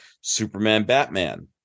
Superman-Batman